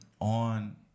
on